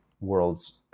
world's